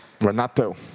Renato